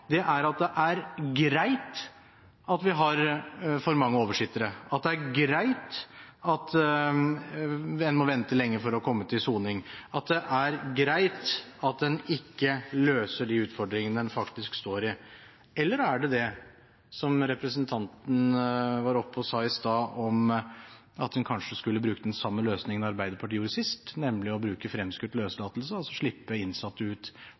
er at det er greit at vi har for mange oversittere, at det er greit at en må vente lenge for å komme til soning, at det er greit at en ikke løser de utfordringene en faktisk står i. Eller er det det, som representanten var oppe og sa i stad, at en kanskje skulle ha brukt den samme løsningen Arbeiderpartiet gjorde sist – nemlig å bruke fremskutt løslatelse, altså å slippe innsatte ut